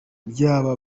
by’aba